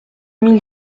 mille